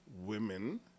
women